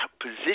position